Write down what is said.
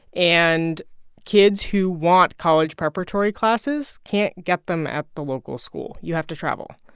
and kids who want college preparatory classes can't get them at the local school. you have to travel.